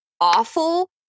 awful